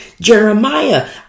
Jeremiah